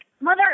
mother